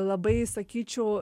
labai sakyčiau